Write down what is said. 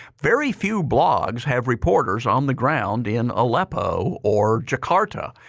very few blogs have reporters on the ground in aleppo or jakarta.